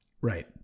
Right